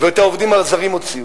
ואת העובדים הזרים הוציאו,